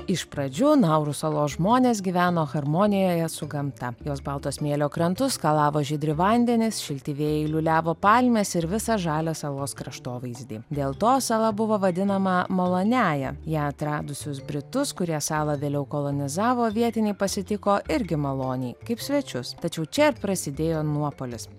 iš pradžių nauru salos žmonės gyveno harmonijoje su gamta jos balto smėlio krantus skalavo žydri vandenys šilti vėjai liuliavo palmes ir visą žalią salos kraštovaizdį dėl to sala buvo vadinama maloniąja ją atradusius britus kurie salą vėliau kolonizavo vietiniai pasitiko irgi maloniai kaip svečius tačiau čia ir prasidėjo nuopuolis